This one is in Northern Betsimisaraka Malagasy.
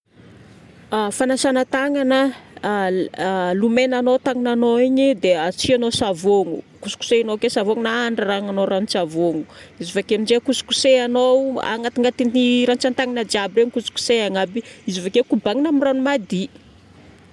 Fanasagna tagnana, lomegnanao tagnananao igny dia asiagnao savono. Kosikosehagnao ake savono na andrarahagnanao ranon-tsavono. Izy vake aminjay kosikosehagnao agnatignatin'ny ratsan-tagnana jiaby igny kosikosehagna aby. Izy vake kobanigna amin'ny rano madio.